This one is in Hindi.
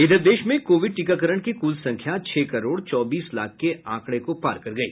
इधर देश में कोविड टीकाकरण की कुल संख्या छह करोड़ चौबीस लाख के आंकड़े को पार कर गई